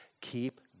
Keep